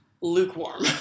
lukewarm